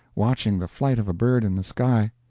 watching the flight of a bird in the sky,